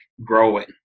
growing